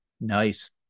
Nice